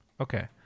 okay